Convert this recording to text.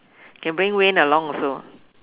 can bring Wayne along also